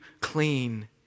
clean